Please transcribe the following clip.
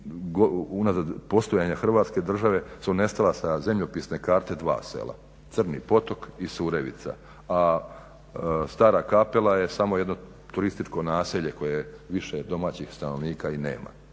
unazad postojanja Hrvatske države su nestala sa zemljopisne karte dva sela, Crni Potok i Surevica, a Stara Kapela je samo jedno turističko naselje koje više domaćih stanovnika i nema.